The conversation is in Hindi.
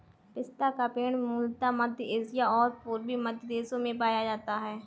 पिस्ता का पेड़ मूलतः मध्य एशिया और पूर्वी मध्य देशों में पाया जाता है